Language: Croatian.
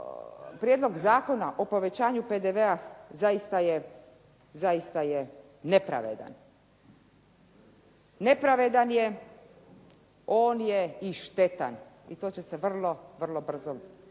prijedlog zakona o povećanju PDV-a zaista je nepravedan. Nepravedan je i on je štetan. I to će se vrlo brzo